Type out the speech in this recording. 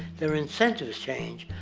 their incentives change.